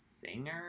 singer